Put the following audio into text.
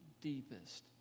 deepest